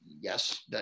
Yes